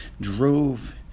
drove